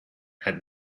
had